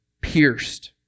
pierced